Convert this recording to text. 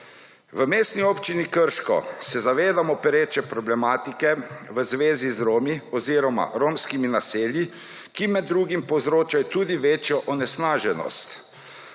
V Mestni občini Krško se zavedamo preče problematike v zvezi z Romi oziroma romskimi naselji, ki med drugim povzročajo tudi večjo onesnaženost,